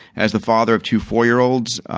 as the father of two four year olds,